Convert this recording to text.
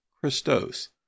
Christos